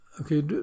Okay